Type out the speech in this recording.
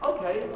Okay